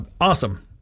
Awesome